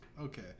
Okay